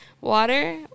water